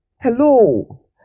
Hello